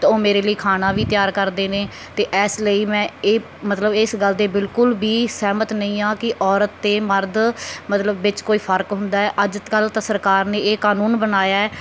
ਤਾਂ ਉਹ ਮੇਰੇ ਲਈ ਖਾਣਾ ਵੀ ਤਿਆਰ ਕਰਦੇ ਨੇ ਅਤੇ ਇਸ ਲਈ ਮੈਂ ਇਹ ਮਤਲਬ ਇਸ ਗੱਲ ਦੇ ਬਿਲਕੁਲ ਵੀ ਸਹਿਮਤ ਨਹੀਂ ਹਾਂ ਕਿ ਔਰਤ ਅਤੇ ਮਰਦ ਮਤਲਬ ਵਿੱਚ ਕੋਈ ਫਰਕ ਹੁੰਦਾ ਹੈ ਅੱਜ ਕੱਲ੍ਹ ਤਾਂ ਸਰਕਾਰ ਨੇ ਇਹ ਕਾਨੂੰਨ ਬਣਾਇਆ ਹੈ